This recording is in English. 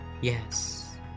Yes